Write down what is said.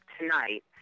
tonight